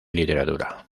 literatura